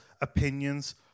opinions